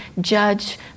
judge